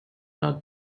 not